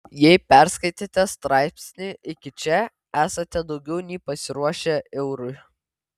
jei perskaitėte straipsnį iki čia esate daugiau nei pasiruošę eurui